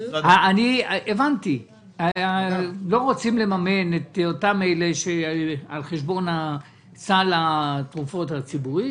לא רוצים לממן את אותם אלה שנוסעים לחו"ל על חשבון סל התרופות הציבורי,